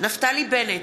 נפתלי בנט,